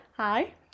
Hi